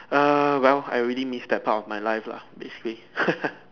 err well I already missed that part of my life lah basically